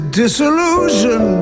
disillusion